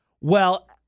Well-